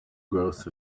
growth